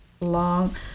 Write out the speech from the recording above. long